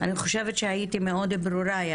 אני חושבת שהייתי מאוד ברורה,